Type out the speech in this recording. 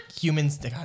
humans